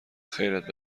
خیرت